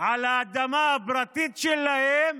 על האדמה הפרטית שלהם